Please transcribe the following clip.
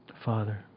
Father